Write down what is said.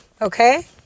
okay